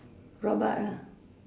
robot lah